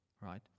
right